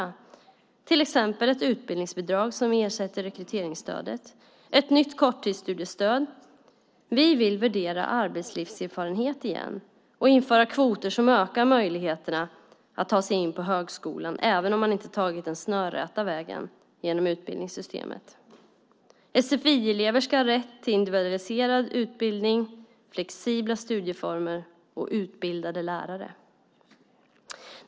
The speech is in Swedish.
Det handlar till exempel om ett utbildningsbidrag som ersätter rekryteringsstödet och ett nytt korttidsstudiestöd. Vi vill värdera arbetslivserfarenhet igen och införa kvoter som ökar möjligheterna att ta sig in på högskolan även om man inte har tagit den snörräta vägen genom utbildningssystemet. Sfi-elever ska ha rätt till individualiserad utbildning, flexibla studieformer och utbildade lärare.